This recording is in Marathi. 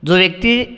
जो व्यक्ती